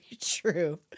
true